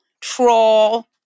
troll